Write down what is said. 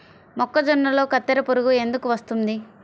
మొక్కజొన్నలో కత్తెర పురుగు ఎందుకు వస్తుంది?